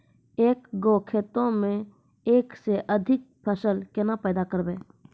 एक गो खेतो मे एक से अधिक फसल केना पैदा करबै?